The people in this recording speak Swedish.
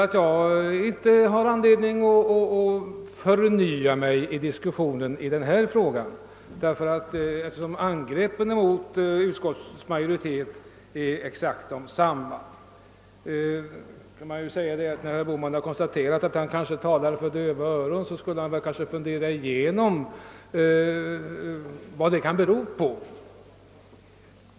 Jag har därför inte anledning att förnya mig i diskussionen i den här frågan — angreppen mot utskottets majoritet är exakt desamma som förut. Herr Bohman har konstaterat att han talar för döva öron. Han borde kanske fundera igenom, vad det kan bero på.